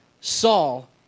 Saul